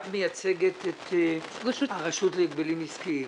את מייצגת את הרשות להגבלים עסקיים.